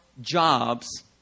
jobs